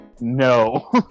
No